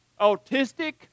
autistic